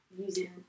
using